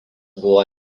buvo